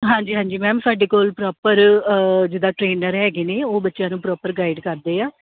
ਹਾਂਜੀ ਹਾਂਜੀ ਮੈਮ ਸਾਡੇ ਕੋਲ ਪ੍ਰੋਪਰ ਜਿੱਦਾਂ ਟਰੇਨਰ ਹੈਗੇ ਨੇ ਉਹ ਬੱਚਿਆਂ ਨੂੰ ਪ੍ਰੋਪਰ ਗਾਈਡ ਕਰਦੇ ਆ